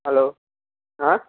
हलो हा